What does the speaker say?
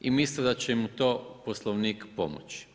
i misle da će im u tome Poslovnik pomoći.